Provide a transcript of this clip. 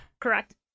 Correct